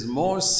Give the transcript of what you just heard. more